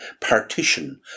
partition